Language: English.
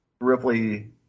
Ripley